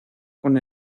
con